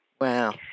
Wow